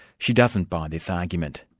she doesn't buy this argument.